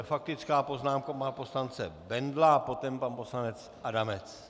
Faktická poznámka poslance Bendla a potom pan poslanec Adamec... .